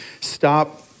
stop